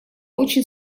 очень